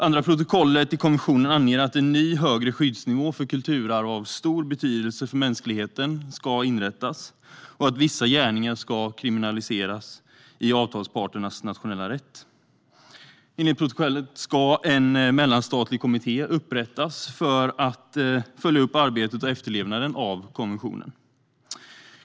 Andra protokollet i konventionen anger att en ny högre skyddsnivå för kulturarv av stor betydelse för mänskligheten ska inrättas och att vissa gärningar ska kriminaliseras i avtalsparternas nationella rätt. Enligt protokollet ska en mellanstatlig kommitté upprättas för att följa upp arbetet och efterlevnaden av konventionen.